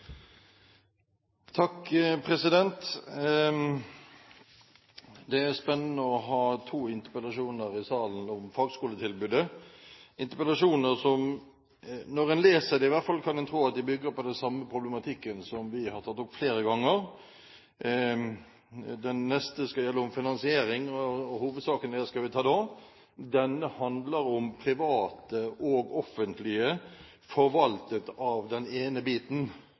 Det er spennende å ha to interpellasjoner i salen om fagskoletilbudet, interpellasjoner som man, når man leser dem i hvert fall, kan tro bygger på den samme problematikken som vi har tatt opp flere ganger. Den neste gjelder finansiering, og hovedsakene i den skal vi ta da. Denne handler om private og offentlige fagskoler forvaltet av den ene